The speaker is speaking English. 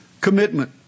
commitment